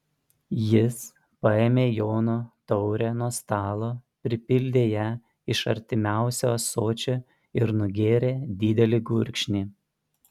jis paėmė jono taurę nuo stalo pripildė ją iš artimiausio ąsočio ir nugėrė didelį gurkšnį